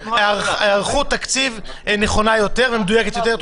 הערכה תקציבית נכונה יותר ומדויקת יותר.